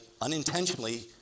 unintentionally